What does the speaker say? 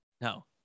No